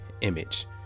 image